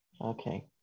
Okay